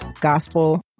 gospel